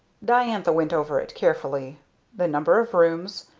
diantha went over it carefully the number of rooms,